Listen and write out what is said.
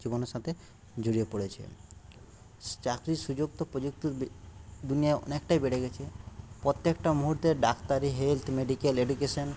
জীবনের সাথে জড়িয়ে পড়েছে চাকরির সুযোগ তো প্রযুক্তির দিনে অনেকটাই বেড়ে গেছে প্রত্যেকটা মুহূর্তে ডাক্তারি হেলথ মেডিকেল এডুকেশান